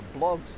blogs